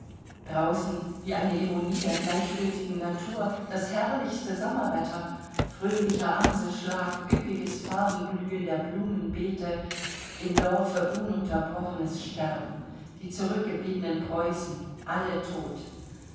draußen wie eine ironie der gleichgültigen natur das herrlichste sommerwetter fröhlicher amselschlag üppiges farbenglühen der blumenbeete im dorfe ununterbrochenes sterben die zurückgebliebenen preußen alle tot